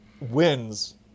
wins